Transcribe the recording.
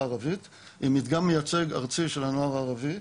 הערבית עם מדגם מייצג ארצי של הנוער הערבי,